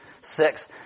six